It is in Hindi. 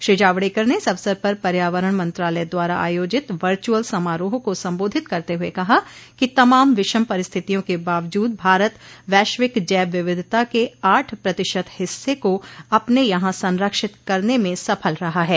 श्री जावड़ेकर ने इस अवसर पर पर्यावरण मंत्रालय द्वारा आयोजित वर्चुअल समारोह को संबोधित करते हुए कहा कि तमाम विषम परिस्थितियों के बावजूद भारत वैश्विक जव विविधता के आठ प्रतिशत हिस्सें को अपने यहां संरक्षित करने में सफल रहा है